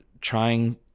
trying